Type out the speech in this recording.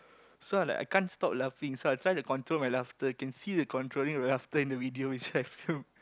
so I'm like I can't stop laughing so I try to control my laughter can see the controlling of laughter in the video which I filmed